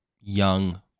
young